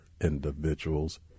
individuals